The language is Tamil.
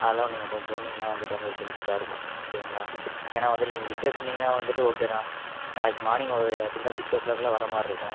அதெலாம் நீங்கள் கொஞ்சம் சொன்னீங்கன்னால் வந்துட்டு எங்களுக்கு பெனிஃபிட்டாக இருக்கும் சரிங்களா ஏன்னா வந்துட்டு நீங்கள் இப்போயே சொன்னீங்கன்னா வந்துட்டு ஓகே தான் நாளைக்கு மார்னிங் ஒரு எப்படி இருந்தாலும் சிக்ஸ் ஓ க்ளாக்லாம் வர மாதிரி இருக்கும்